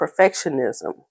perfectionism